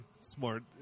smart